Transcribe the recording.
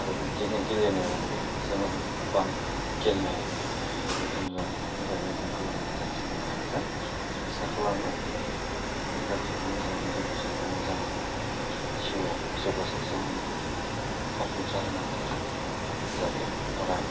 आरो बिबायदिनो गेलेनायावबो जोङो गोबां गेलेनाय बेफोरखौ जोङो मोजाङै मोजां खालामनो थाखाय थुलुंगा होगोन आसा खालामो जों गासैबो मोजाङै मोजां बिसोरखौ मोजां जिवाव जौगासार जाहोनो जाफुंसार होनो थाखाय नाजायो अराय